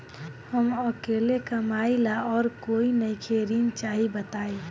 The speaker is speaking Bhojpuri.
हम अकेले कमाई ला और कोई नइखे ऋण चाही बताई?